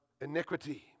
iniquity